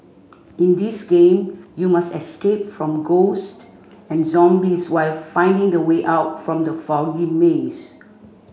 in this game you must escape from ghost and zombies while finding the way out from the foggy maze